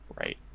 right